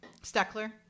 Steckler